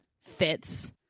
fits